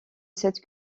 cette